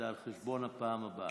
זה על חשבון הפעם הבאה.